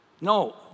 No